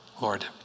Lord